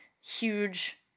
huge